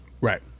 Right